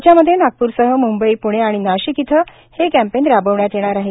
राज्यामध्ये नागप्रसह मुंबई पूणे व नाशिक येथे हे कॅम्पेन राबविण्यात येणार आहे